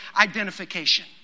identification